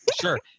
Sure